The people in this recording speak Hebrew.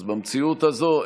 אז במציאות הזו,